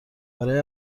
برای